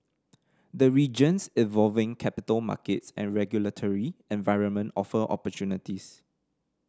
the region's evolving capital markets and regulatory environment offer opportunities